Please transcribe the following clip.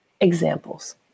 Examples